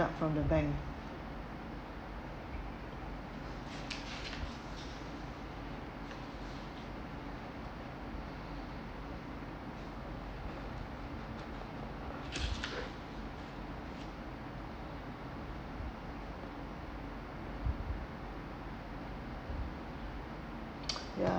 from the bank ya